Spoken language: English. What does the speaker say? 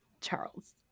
Charles